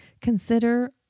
Consider